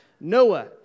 Noah